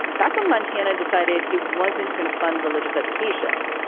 back when montana decided it wasn't going to fund religious education,